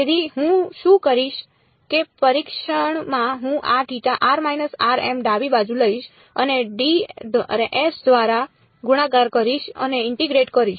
તેથી હું શું કરીશ તે પરીક્ષણમાં હું આ ડાબી બાજુ લઈશ અને ડ દ્વારા ગુણાકાર કરીશ અને ઇન્ટીગ્રેટ કરીશ